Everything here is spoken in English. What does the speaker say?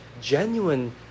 genuine